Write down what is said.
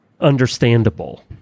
understandable